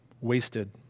wasted